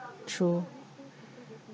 true